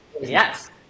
Yes